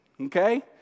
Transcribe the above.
okay